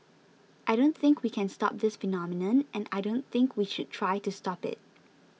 I don't think we can stop this phenomenon and I don't think we should try to stop it